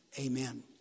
Amen